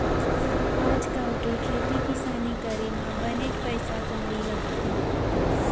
आज काल के खेती किसानी करे म बनेच पइसा कउड़ी लगथे